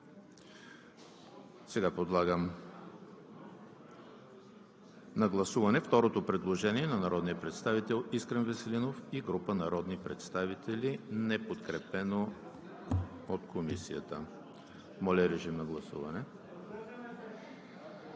Подлагам на гласуване третото предложение на народния представител Искрен Веселинов и група народни представители, неподкрепено от Комисията. Гласували